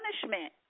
punishment